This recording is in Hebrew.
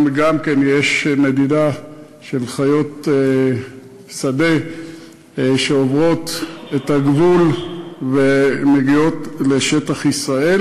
גם שם יש נדידה של חיות שדה שעוברות את הגבול ומגיעות לשטח ישראל.